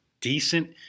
decent